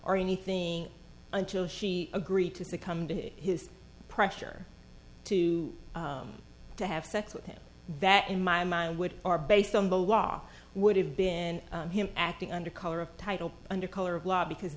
or anything until she agreed to succumb to his pressure to to have sex with him that in my mind which are based on the law would have been him acting under color of title under color of law because